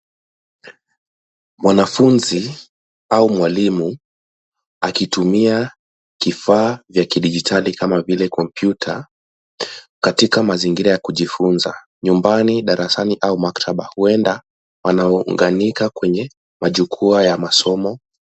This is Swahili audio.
Mwanafunzi au mwalimu, akitumia kifaa vya kidigitali kama vile computer , katika mazingira ya kujifunza. Nyumbani, darasani au maktaba. Huenda anaunganika kwenye majukwaa ya masomo.